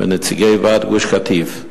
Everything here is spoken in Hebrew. ונציגי ועד גוש-קטיף.